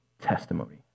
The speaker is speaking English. testimony